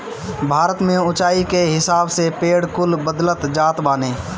भारत में उच्चाई के हिसाब से पेड़ कुल बदलत जात बाने